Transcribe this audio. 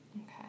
Okay